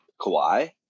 Kawhi